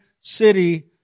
city